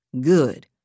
Good